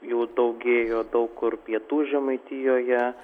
jų daugėjo daug kur pietų žemaitijoje